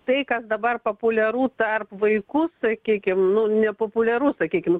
tai kas dabar populiaru tarp vaikų sakykim nu ne populiaru sakykim